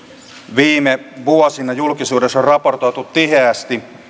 viime vuosina julkisuudessa on raportoitu tiheästi